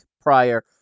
prior